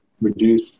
reduce